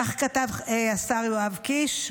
כך כתב השר יואב קיש,